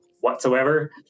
whatsoever